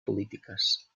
polítiques